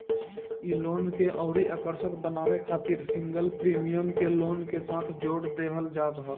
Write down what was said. इ लोन के अउरी आकर्षक बनावे खातिर सिंगल प्रीमियम के लोन के साथे जोड़ देहल जात ह